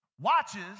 watches